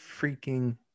freaking